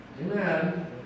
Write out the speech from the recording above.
Amen